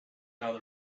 now